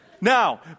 Now